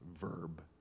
verb